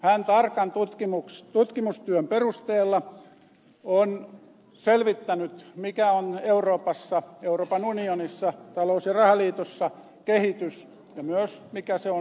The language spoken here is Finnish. hän tarkan tutkimustyön perusteella on selvittänyt mikä on euroopassa euroopan unionissa talous ja rahaliitossa kehitys ja mikä se on myös suomessa